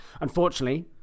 unfortunately